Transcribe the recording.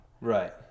Right